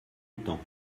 outans